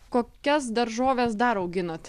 kokias daržoves dar auginat